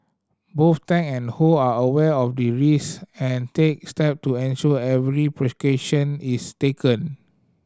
both Tang and Ho are aware of the risk and take step to ensure every precaution is taken